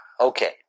Okay